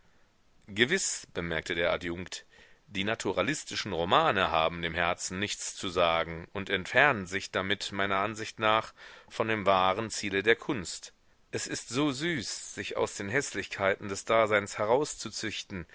gewiß bemerkte der adjunkt die naturalistischen romane haben dem herzen nichts zu sagen und entfernen sich damit meiner ansicht nach von dem wahren ziele der kunst es ist so süß sich aus den häßlichkeiten des daseins herauszuzüchten